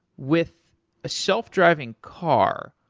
with a self-driving car,